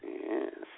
Yes